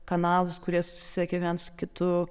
kanalus kurie susisiekia viens su kitu